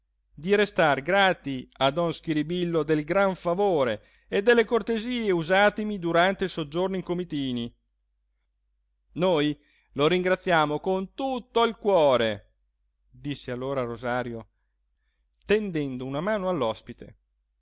di restar grati a don schiribillo del gran favore e delle cortesie usatemi durante il soggiorno in comitini noi lo ringraziamo con tutto il cuore disse allora rosario tendendo una mano